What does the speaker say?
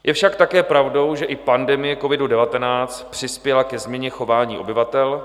Je však také pravdou, že i pandemie covidu19 přispěla ke změně chování obyvatel.